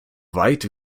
weit